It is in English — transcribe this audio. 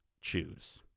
choose